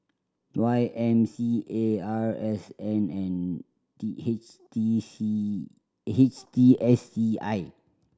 Y M C A R S N and T H T C H T S C I